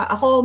Ako